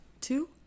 Two